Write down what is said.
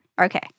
Okay